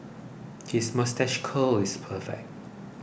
his moustache curl is perfect